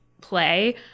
play